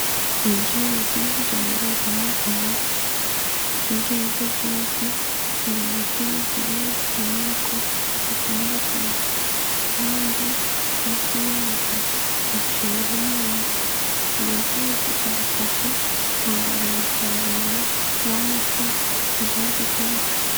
Ibyuzi byororerwamo amafi, hirya y'ibyo byuzi hari ibiti bigiye bifite amoko atandukanye kandi hafi yabyo hicayeho umuntu, ibi byuzi bidufasha kongera umusaruro w'amafi mu gihugu cyacu.